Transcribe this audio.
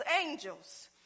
angels